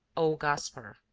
o gaspar!